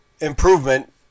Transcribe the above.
improvement